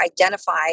identify